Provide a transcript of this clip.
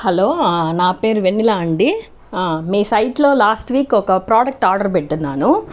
hello నా పేరు వెన్నెల అండి మీ సైట్లో లాస్ట్ వీక్ ఒక ప్రోడక్ట్ ఆర్డర్ పెట్టినాను